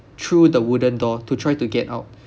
through the wooden door to try to get out